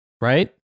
right